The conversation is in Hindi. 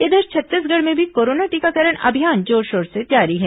इधर छत्तीसगढ़ में भी कोरोना टीकाकरण अभियान जोरशोर से जारी है